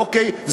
אוקיי,